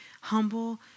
humble